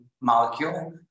molecule